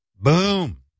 Boom